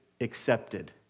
accepted